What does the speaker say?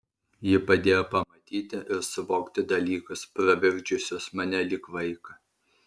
ji padėjo pamatyti ir suvokti dalykus pravirkdžiusius mane lyg vaiką